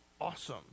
awesome